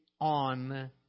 on